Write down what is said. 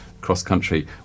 cross-country